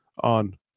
on